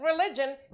religion